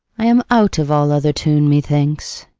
i am out of all other tune, methinks.